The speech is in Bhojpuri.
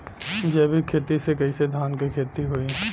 जैविक खेती से कईसे धान क खेती होई?